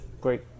great